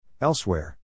Elsewhere